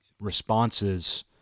responses